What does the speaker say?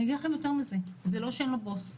אני אגיד לכם יותר מזה, זה לא שאין לו בוס,